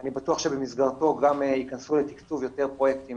אני בטוח שבמסגרתו גם ייכנסו לתקצוב יותר פרויקטים